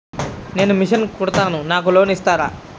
నేను మిషన్ కుడతాను నాకు లోన్ ఇస్తారా?